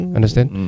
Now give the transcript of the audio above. Understand